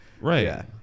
Right